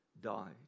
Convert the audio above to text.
died